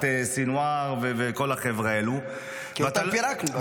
סנוואר וכל החבר'ה האלה --- כי אותם פירקנו.